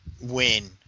win